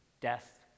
death